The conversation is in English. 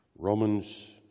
Romans